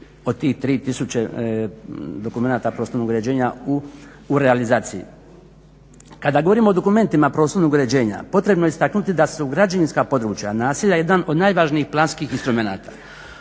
od tih tri tisuće dokumenata prostornog uređenja u realizaciji. Kada govorimo o dokumentima prostornog uređenja potrebno je istaknuti da su građevinska područja naselja jedan od najvažnijih planskih instrumenata.